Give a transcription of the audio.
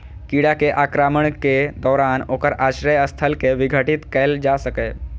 कीड़ा के आक्रमणक दौरान ओकर आश्रय स्थल कें विघटित कैल जा सकैए